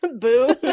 Boo